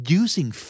using